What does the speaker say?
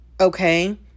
okay